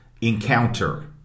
encounter